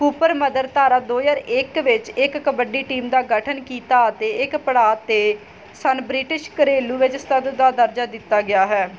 Cooper ਮਦਰ ਧਾਰਾ ਦੋ ਹਜਾਰ ਇਕ ਵਿੱਚ ਇੱਕ ਕਬੱਡੀ ਟੀਮ ਦਾ ਗਠਨ ਕੀਤਾ ਅਤੇ ਇੱਕ ਪੜਾਅ 'ਤੇ ਸਨ ਬ੍ਰਿਟਿਸ਼ ਘਰੇਲੂ ਵਿੱਚ ਸਤਦ ਦਾ ਦਰਜਾ ਦਿੱਤਾ ਗਿਆ ਹੈ